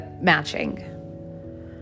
matching